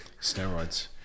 Steroids